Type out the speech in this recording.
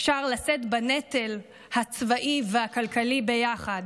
אפשר לשאת בנטל הצבאי והכלכלי ביחד.